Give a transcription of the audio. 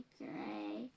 gray